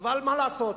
אבל מה לעשות,